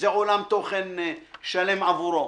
זה עולם תוכן שלם עבורו.